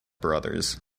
brothers